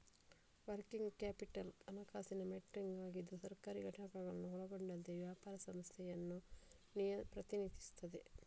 working capital ಹಣಕಾಸಿನ metric ಆಗಿದ್ದು ಸರ್ಕಾರಿ ಘಟಕಗಳನ್ನು ಒಳಗೊಂಡಂತೆ ವ್ಯಾಪಾರ ಸಂಸ್ಥೆಯನ್ನು ಪ್ರತಿನಿಧಿಸುತ್ತದೆ